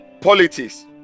politics